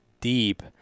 deep